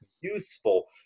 useful